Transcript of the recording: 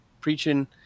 preaching